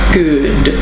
good